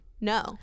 no